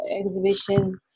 exhibition